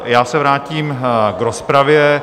Já se vrátím k rozpravě.